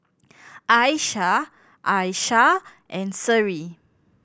Aisyah Aishah and Seri